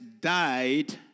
died